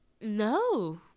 No